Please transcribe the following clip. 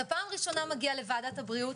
אתה פעם ראשונה מגיע לוועדת הבריאות.